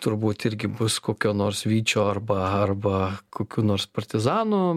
turbūt irgi bus kokio nors vyčio arba arba kokių nors partizanų